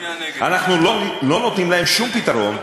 אנחנו לא נותנים להם שום פתרון,